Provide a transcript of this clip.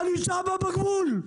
אני שמה בגבול,